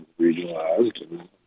regionalized